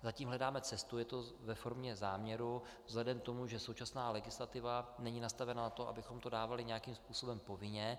Zatím hledáme cestu, je to ve formě záměru vzhledem k tomu, že současná legislativa není nastavena na to, abychom to dávali nějakým způsobem povinně.